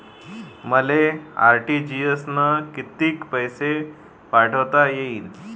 मले आर.टी.जी.एस न कितीक पैसे पाठवता येईन?